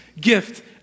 gift